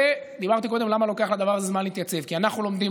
אמרתי קודם למה לוקח לזה זמן להתייצב: כי אנחנו לומדים